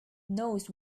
knows